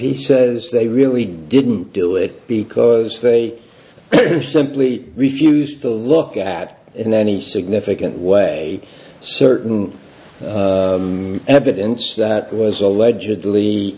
he says they really didn't do it because they simply refused to look at in any significant way certain evidence that was allegedly